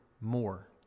more